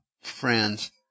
friends